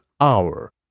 hour